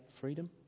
freedom